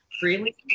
freely